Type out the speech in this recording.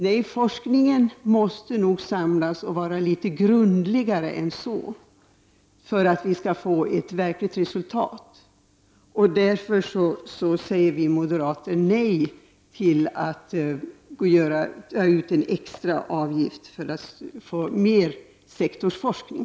Nej, forskningen måste nog samlas och vara litet grundligare än så, för att vi skall få ett verkligt resultat. Därför säger vi moderater nej till att ta ut en extra avgift för att få mer sektorsforskning.